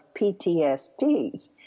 PTSD